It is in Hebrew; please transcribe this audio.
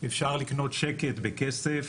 אפשר לקנות שקט בכסף